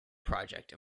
project